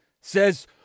says